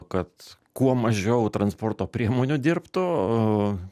kad kuo mažiau transporto priemonių dirbtų